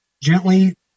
gently